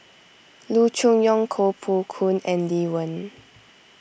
Loo Choon Yong Koh Poh Koon and Lee Wen